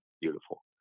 beautiful